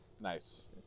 Nice